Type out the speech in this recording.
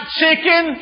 chicken